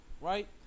right